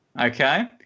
Okay